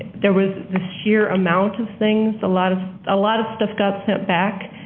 there was the sheer amount of things, a lot of ah lot of stuff got sent back.